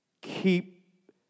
keep